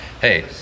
hey